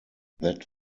that